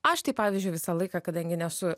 aš tai pavyzdžiui visą laiką kadangi nesu